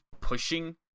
pushing